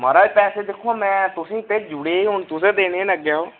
महाराज पैसे दिक्खो हां मैं तुसें भेजूड़े हून तुसें देने न अग्गैं ओह्